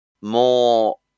more